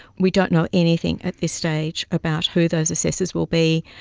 we don't know anything at this stage about who those assessors will be,